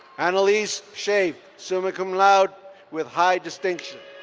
annelise schafe, summa cum laude with high distinction.